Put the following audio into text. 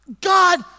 God